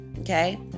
Okay